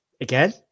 again